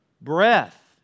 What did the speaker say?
breath